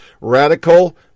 radical